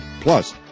Plus